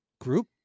group